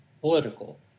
political